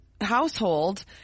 household